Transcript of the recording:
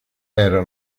era